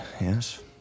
yes